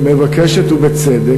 מבקשת ובצדק,